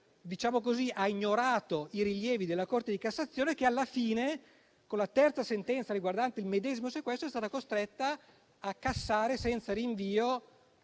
ha ignorato i rilievi della Corte di cassazione, la quale alla fine, con la terza sentenza riguardante il medesimo sequestro, è stata costretta a cassare senza rinvio